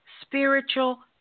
spiritual